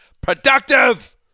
productive